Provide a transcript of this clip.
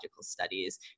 studies